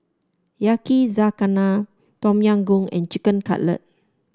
Yakizakana Tom Yam Goong and Chicken Cutlet